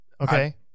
okay